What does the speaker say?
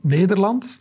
Nederland